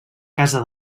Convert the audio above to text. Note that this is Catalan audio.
casa